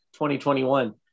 2021